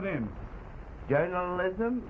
it in journalism